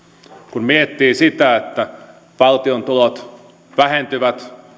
kun miettii sitä että valtion tulot vähentyvät